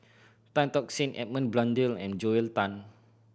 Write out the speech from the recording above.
Tan Tock Seng Edmund Blundell and Joel Tan